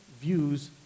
views